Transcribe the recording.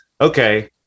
Okay